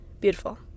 Beautiful